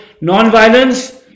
non-violence